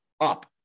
up